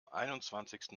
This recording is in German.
einundzwanzigsten